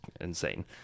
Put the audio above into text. insane